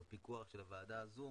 בפיקוח של הוועדה הזו,